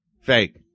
Fake